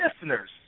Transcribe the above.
listeners